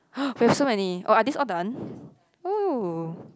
!ha! we have so many or are these all done !oo!